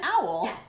owl